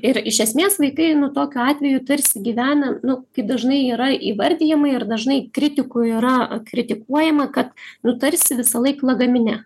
ir iš esmės vaikai nu tokiu atveju tarsi gyvena nu kaip dažnai yra įvardijama ir dažnai kritikų yra kritikuojama kad nu tarsi visąlaik lagamine